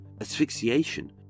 asphyxiation